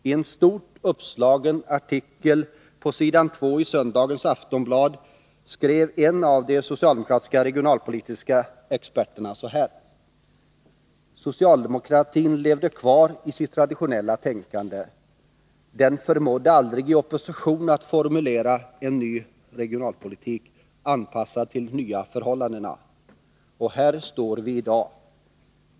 I en stort uppslagen artikel på s. 2 i lördagens nummer av Aftonbladet skrev en av de socialdemokratiska regionalpolitiska experterna så här: ”Socialdemokratin ——— levde kvar i sitt traditionella tänkande. Den förmådde aldrig att i opposition formulera en ny regionalpolitik, anpassad till de nya förhållandena. Och där står vi i dag.